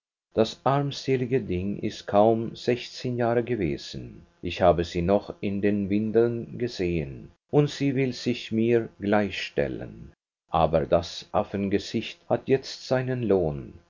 das armselige ding ist kaum sechzehn jahre gewesen ich habe sie noch in den windeln gesehen und sie will sich mir gleichstellen aber das affengesicht hat jetzt seinen lohn